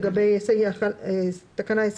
לגבי תקנה 29,